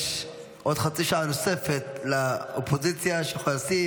יש עוד חצי שעה נוספת לאופוזיציה שהיא יכולה לשים,